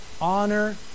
Honor